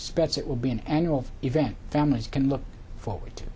spreads it will be an annual event families can look forward to